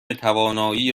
توانایی